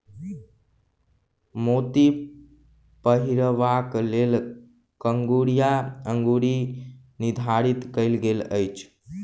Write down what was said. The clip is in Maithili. मोती पहिरबाक लेल कंगुरिया अंगुरी निर्धारित कयल गेल अछि